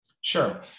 Sure